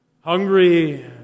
Hungry